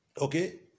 Okay